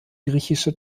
griechische